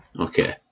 Okay